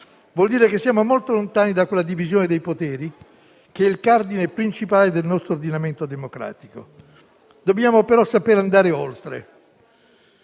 vuol dire che siamo molto lontani da quella divisione dei poteri che è il cardine principale del nostro ordinamento democratico. Dobbiamo però sapere andare oltre